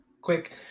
quick